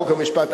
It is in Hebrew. חוק ומשפט,